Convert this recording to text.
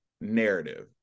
narrative